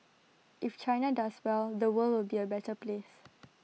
if China does well the world will be A better place